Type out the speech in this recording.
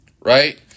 Right